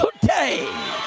today